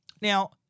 Now